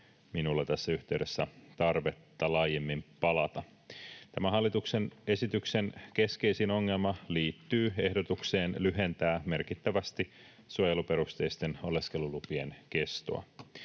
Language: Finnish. minulla tässä yhteydessä tarvetta laajemmin palata. Tämän hallituksen esityksen keskeisin ongelma liittyy ehdotukseen lyhentää merkittävästi suojeluperusteisten oleskelulupien kestoa.